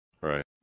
Right